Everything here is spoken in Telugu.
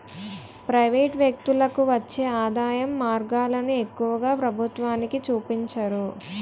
ప్రైవేటు వ్యక్తులకు వచ్చే ఆదాయం మార్గాలను ఎక్కువగా ప్రభుత్వానికి చూపించరు